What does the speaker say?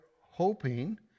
hoping